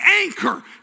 anchor